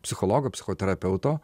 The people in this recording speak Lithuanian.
psichologo psichoterapeuto